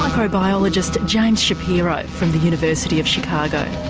microbiologist james shapiro from the university of chicago.